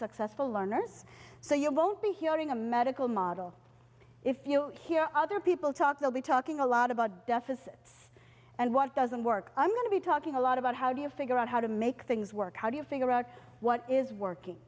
successful learners so you won't be hearing a medical model if you hear other people talk they'll be talking a lot about deficits and what doesn't work i'm going to be talking a lot about how do you figure out how to make things work how do you figure out what is